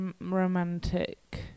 romantic